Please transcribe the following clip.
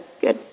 good